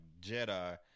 Jedi